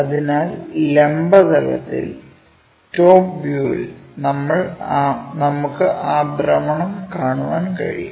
അതിനാൽ ലംബ തലത്തിൽ ടോപ് വ്യൂവിൽ നമുക്ക് ആ ഭ്രമണം കാണാൻ കഴിയും